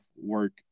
work